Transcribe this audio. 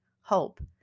hope